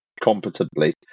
competently